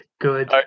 Good